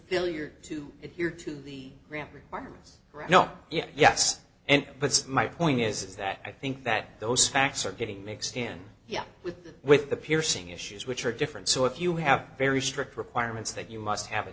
billiard to adhere to the grant requirements right now yes and that's my point is that i think that those facts are getting mixed in with the with the piercing issues which are different so if you have very strict requirements that you must have a